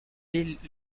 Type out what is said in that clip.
est